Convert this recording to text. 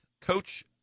Coach